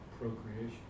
procreation